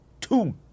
two